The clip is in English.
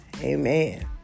Amen